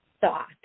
thought